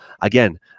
again